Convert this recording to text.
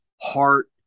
heart